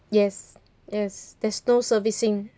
yes yes there's no servicing